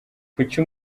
kuki